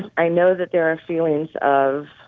i know that there are feelings of,